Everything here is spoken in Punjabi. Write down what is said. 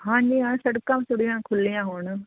ਹਾਂਜੀ ਹਾਂ ਸੜਕਾਂ ਥੋੜ੍ਹੀਆਂ ਖੁੱਲ੍ਹੀਆਂ ਹੋਣ